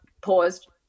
paused